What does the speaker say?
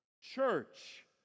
church